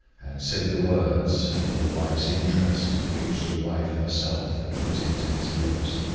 and said the words, in the wife's interest, which the wife herself had put into his lips.